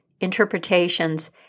interpretations